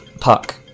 Puck